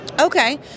Okay